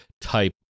type